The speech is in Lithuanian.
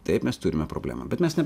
taip mes turime problemą bet mes ne